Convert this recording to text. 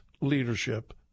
leadership